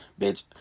Bitch